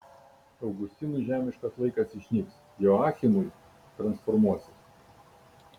augustinui žemiškas laikas išnyks joachimui transformuosis